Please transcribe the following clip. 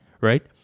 right